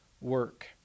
work